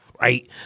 right